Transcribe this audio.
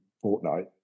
fortnight